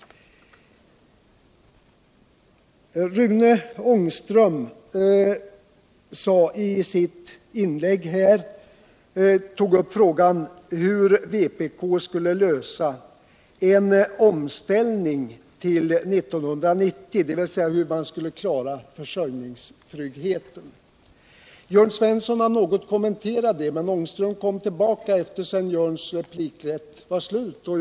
Rune Ångström tog i sitt inlägg upp frågan hur vpk skall lösa en omställning till 1990, dvs. hur man skall klara försöriningstrvggheten. Jörn Svensson har något kommenterat detta, men Rune Ångström kom tillbaka eher det att Jörn Svenssons replikrätt var förbrukad.